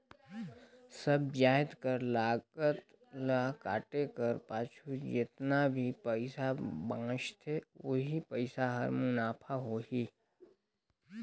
सब जाएत कर लागत ल काटे कर पाछू जेतना भी पइसा बांचथे ओही पइसा हर मुनाफा होही